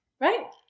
Right